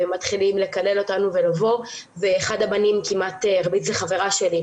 והם מתחילים לקלל אותנו ולבוא ואחד הבנים כמעט הרביץ לחברה שלי.